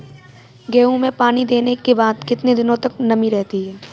गेहूँ में पानी देने के बाद कितने दिनो तक नमी रहती है?